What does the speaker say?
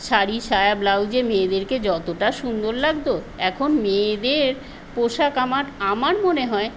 শাড়ি সায়া ব্লাউজে মেয়েদেরকে যতটা সুন্দর লাগত এখন মেয়েদের পোশাক আমার আমার মনে হয়